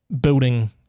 building